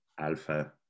alpha